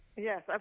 Yes